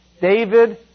David